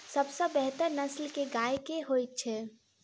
सबसँ बेहतर नस्ल केँ गाय केँ होइ छै?